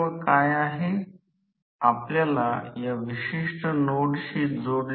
flux प्रति ध्रुव जो r असेल